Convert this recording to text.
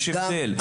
יש הבדל.